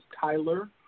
Tyler